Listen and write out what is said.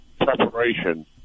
preparation